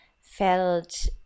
felt